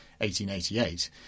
1888